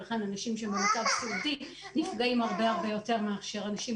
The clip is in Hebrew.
ולכן אנשים שהם במצב סיעודי נפגעים הרבה הרבה יותר מאשר אנשים,